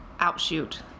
outshoot